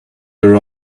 your